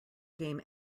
game